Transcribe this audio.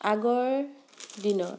আগৰ দিনৰ